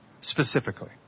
Specifically